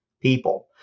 people